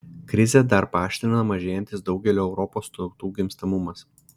krizę dar paaštrina mažėjantis daugelio europos tautų gimstamumas